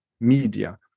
media